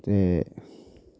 ते